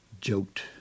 joked